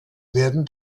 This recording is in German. werden